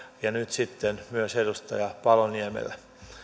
ja nyt sitten myös edustaja paloniemellä